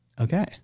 Okay